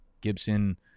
Gibson